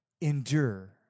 endure